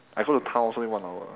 I go to town also need one hour